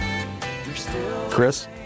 Chris